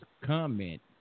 comment